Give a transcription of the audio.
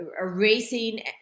erasing